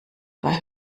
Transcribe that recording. bei